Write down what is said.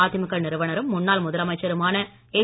அதிமுக நிறுவனரும் முன்னாள் முதலமைச்சருமான எம்